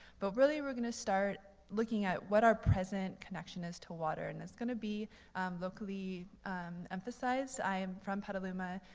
but really, we're going to start looking at what our present connection is to water, and it's going to be locally emphasized. i am from petaluma.